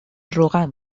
روغن